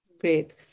Great